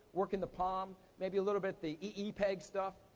working the palm. maybe a little bit the ee peg stuff.